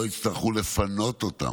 ולא יצטרכו לפנות אותם,